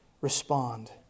respond